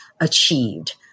achieved